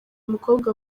mukobwa